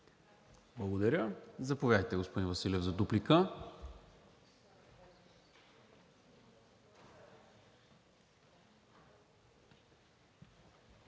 Благодаря. Заповядайте, господин Василев, за дуплика.